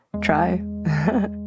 try